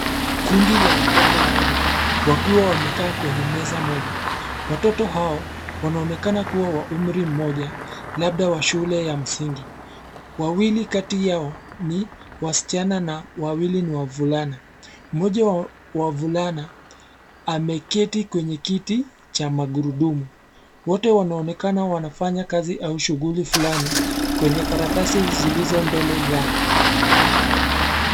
Kundi la watoto wanne, wakiwa wamekaa kwenye meza moja. Watoto hao, wanaonekana kuwa wa umri mmoja, labda wa shule ya msingi. Wawili kati yao, ni, wasichana na wawili ni wavulana. Mmoja wa, wavulana, ameketi kwenye kiti, cha magurudumu. Wote wanaonekana wanafanya kazi au shughuli fulani, kwenye karatasi zilizo mbele yao.